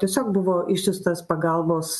tiesiog buvo išsiųstas pagalbos